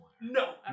no